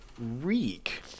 Reek